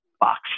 box